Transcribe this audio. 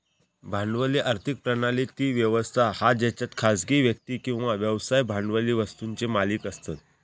भांडवली आर्थिक प्रणाली ती व्यवस्था हा जेच्यात खासगी व्यक्ती किंवा व्यवसाय भांडवली वस्तुंचे मालिक असतत